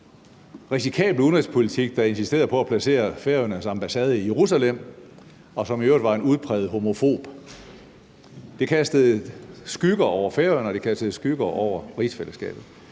risikabel udenrigspolitik, der insisterede på at placere Færøernes ambassade i Jerusalem, og som i øvrigt var en udpræget homofob. Det kastede skygger over Færøerne, og det kastede skygger over rigsfællesskabet.